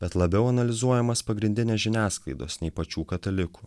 bet labiau analizuojamas pagrindinės žiniasklaidos nei pačių katalikų